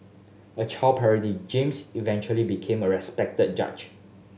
a child James eventually became a respected judge